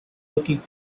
looking